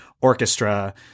orchestra